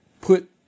put